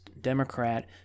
Democrat